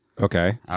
Okay